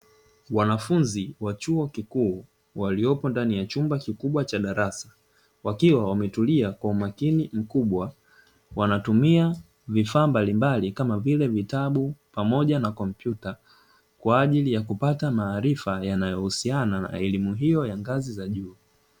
Wanafunzi wa chuo kikuu waliopo ndani ya chumba kikubwa cha darasa wakiwa wametulia kwa umakini mkubwa, wanatumia vifaa mbalimbali kama vile vitabu pamoja na kompyuta kwa ajili ya kupata maarifa yanayohusiana na elimu hiyo ya ngazi ya juu.